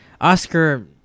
oscar